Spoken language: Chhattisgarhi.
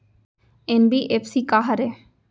एन.बी.एफ.सी का हरे?